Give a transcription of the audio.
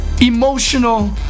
emotional